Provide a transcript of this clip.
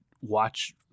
watch